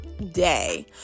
day